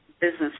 business